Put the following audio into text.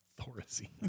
Thorazine